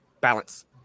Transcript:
Balance